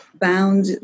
bound